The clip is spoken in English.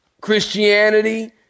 Christianity